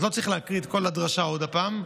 אז לא צריך להקריא את כל הדרשה עוד הפעם.